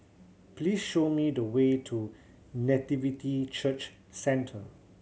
please show me the way to Nativity Church Centre